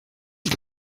ist